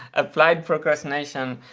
applied procrastination,